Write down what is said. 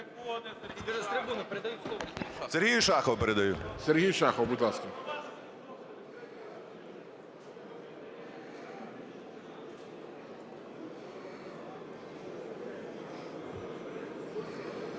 Сергій Шахов, будь ласка.